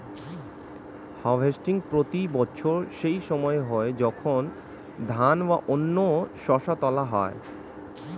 harvesting প্রতি বছর সেই সময় হয় যখন ধান বা অন্য শস্য তোলা হয়